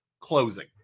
closing